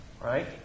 right